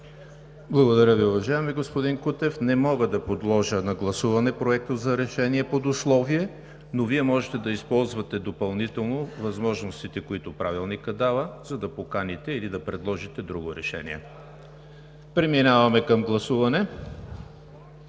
Благодаря Ви, уважаеми господин Кутев. Не мога да подложа на гласуване Проекта на решение под условие, но Вие можете да използвате допълнително възможностите, които Правилникът дава, за да поканите или да предложите друго решение. Преминаваме към гласуване.